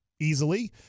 easily